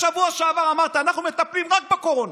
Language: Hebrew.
אגב, בשבוע שעבר אמרת: אנחנו מטפלים רק בקורונה.